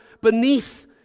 beneath